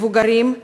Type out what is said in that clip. מבוגרים,